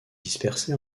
dispersé